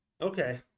Okay